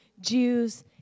Jews